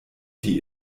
die